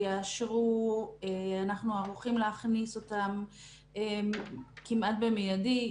יאשרו, אנחנו ערוכים להכניס אותם כמעט מיידית.